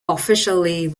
officially